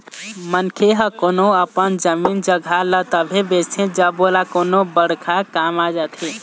मनखे ह कोनो अपन जमीन जघा ल तभे बेचथे जब ओला कोनो बड़का काम आ जाथे